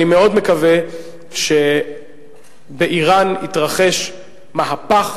אני מאוד מקווה שבאירן יתרחש מהפך,